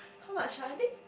how much ah I think